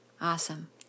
awesome